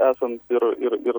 esant ir ir ir